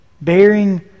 bearing